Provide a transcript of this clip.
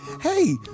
Hey